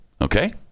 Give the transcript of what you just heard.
Okay